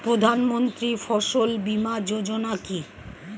প্রধানমন্ত্রী ফসল বীমা যোজনা কি?